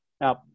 Now